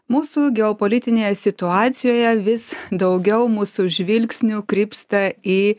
mūsų geopolitinėje situacijoje vis daugiau mūsų žvilgsnių krypsta į